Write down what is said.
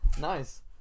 Nice